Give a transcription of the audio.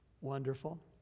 wonderful